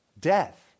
death